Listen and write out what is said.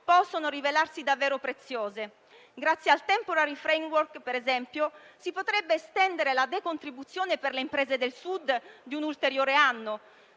possono rivelarsi davvero preziose. Ad esempio, grazie al Temporary framework si potrebbe estendere la decontribuzione per le imprese del Sud di un ulteriore anno.